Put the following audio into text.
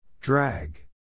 Drag